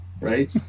right